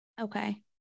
Okay